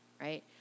right